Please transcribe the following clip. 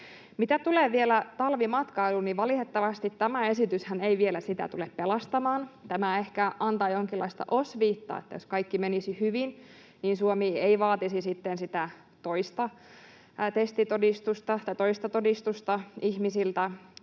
Mitä tulee vielä talvimatkailuun, niin valitettavastihan tämä esitys ei vielä sitä tule pelastamaan. Tämä ehkä antaa jonkinlaista osviittaa, että jos kaikki menisi hyvin, niin Suomi ei vaatisi sitten sitä toista testitodistusta ihmisiltä.